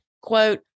quote